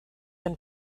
when